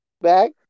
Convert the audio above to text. Back